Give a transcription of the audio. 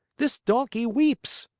this donkey weeps.